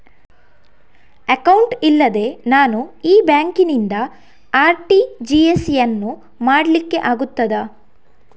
Account ಇಲ್ಲದೆ ನಾನು ಈ ಬ್ಯಾಂಕ್ ನಿಂದ ಆರ್.ಟಿ.ಜಿ.ಎಸ್ ಯನ್ನು ಮಾಡ್ಲಿಕೆ ಆಗುತ್ತದ?